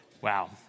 Wow